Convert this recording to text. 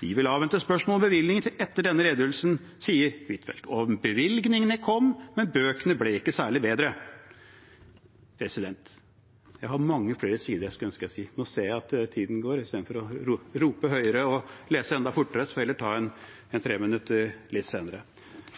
Vi vil avvente spørsmål om bevilgninger til etter denne redegjørelsen, sier Huitfeldt.» Bevilgningene kom, men bøkene ble ikke særlig bedre. Jeg har mange flere sider jeg skulle ønske jeg kunne fremsi. Nå ser jeg at tiden går. Istedenfor å rope høyere eller lese enda fortere får jeg heller ta et treminutters innlegg litt senere.